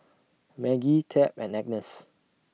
Maggie Tab and Agness